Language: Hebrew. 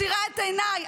מסירה את עיניי.